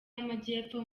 y’amajyepfo